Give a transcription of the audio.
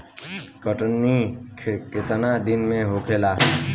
कटनी केतना दिन में होखेला?